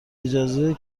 اجازه